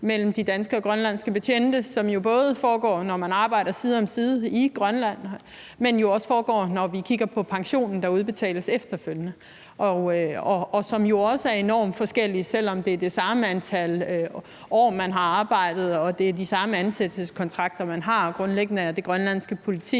mellem de danske og grønlandske betjente, som jo både findes, når de arbejder side om side i Grønland, men også findes, når vi kigger på den pension, der udbetales efterfølgende, og som også er enormt forskellig, selv om de har arbejdet i det samme antal år og under de samme ansættelseskontrakter. Grundlæggende er det grønlandske politi